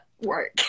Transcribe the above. work